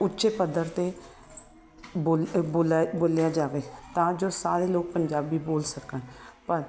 ਉੱਚੇ ਪੱਧਰ 'ਤੇ ਬੋਲ ਬੋਲਿਆ ਬੋਲਿਆ ਜਾਵੇ ਤਾਂ ਜੋ ਸਾਰੇ ਲੋਕ ਪੰਜਾਬੀ ਬੋਲ ਸਕਣ ਪਰ